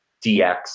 DX